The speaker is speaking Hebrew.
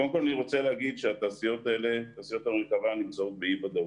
קודם כל אני רוצה להגיד שתעשיות המרכבה נמצאות באי ודאות,